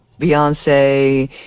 Beyonce